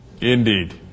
Indeed